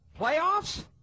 Playoffs